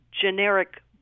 Generic